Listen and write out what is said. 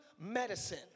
medicine